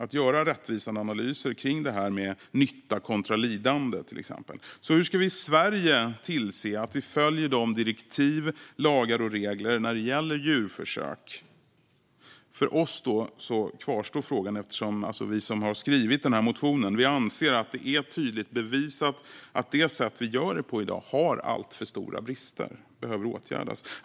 Hur ska vi då i Sverige tillse att vi följer de direktiv, lagar och regler som gäller djurförsök? För oss som har skrivit den här motionen kvarstår frågan, eftersom vi anser att det är tydligt bevisat att det sätt vi i dag gör det på har alltför stora brister. Dessa behöver åtgärdas.